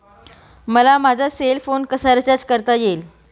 मला माझा cell phone कसा रिचार्ज करता येईल?